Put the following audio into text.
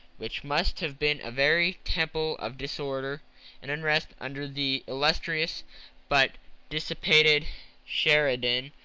which must have been a very temple of disorder and unrest under the illustrious but dissipated sheridan,